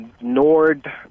Nord